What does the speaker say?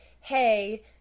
hey